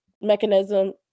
mechanism